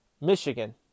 Michigan